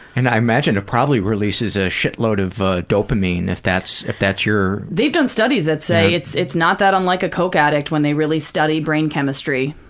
and i imagine it probably releases a shitload of ah dopamine if that's if that's your. they've done studies that say it's it's not that unlike a coke addict when they really study brain chemistry.